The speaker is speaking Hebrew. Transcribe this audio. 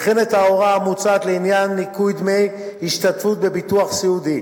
וכן את ההוראה המוצעת לעניין ניכוי דמי השתתפות בביטוח סיעודי